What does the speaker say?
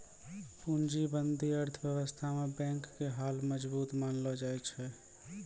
पूंजीबादी अर्थव्यवस्था मे बैंक के हाल मजबूत मानलो जाय छै